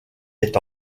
est